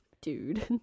Dude